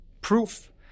proof